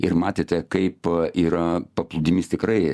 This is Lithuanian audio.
ir matėte kaip yra paplūdimys tikrai